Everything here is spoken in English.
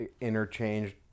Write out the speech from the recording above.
interchanged